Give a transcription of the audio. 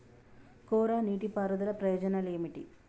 కోరా నీటి పారుదల ప్రయోజనాలు ఏమిటి?